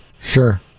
sure